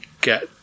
get